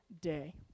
day